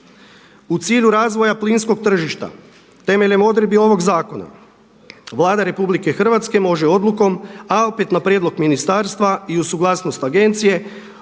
U cilju razvoja plinskog tržišta temeljem odredbi ovog zakona, Vlada RH može odlukom a opet na prijedlog ministarstva i uz suglasnost agencije